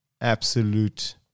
absolute